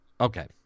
Okay